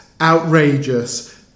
outrageous